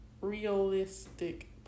realistic